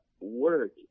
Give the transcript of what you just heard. work